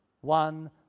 one